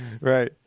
Right